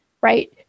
right